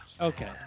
Okay